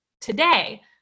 today